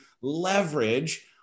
leverage